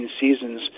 seasons